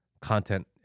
content